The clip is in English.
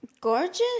Gorgeous